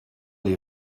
les